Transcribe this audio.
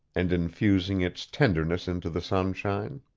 and infusing its tenderness into the sunshine.